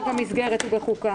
15:54.)